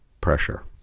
pressure